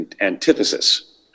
antithesis